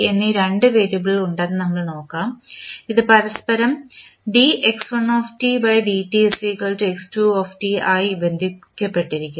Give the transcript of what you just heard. എന്നീ രണ്ട് വേരിയബിളുകൾ ഉണ്ടെന്ന് നമുക്ക് നോക്കാം ഇത് പരസ്പരം ആയി ബന്ധപ്പെട്ടിരിക്കുന്നു